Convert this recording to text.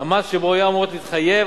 המס שבו היו אמורות להתחייב,